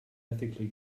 ethically